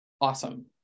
awesome